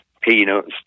peanuts